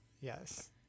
Yes